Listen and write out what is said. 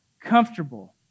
comfortable